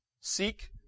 seek